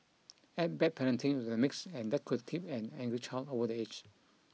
add bad parenting into the mix and that could tip an angry child over the edge